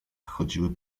chodziły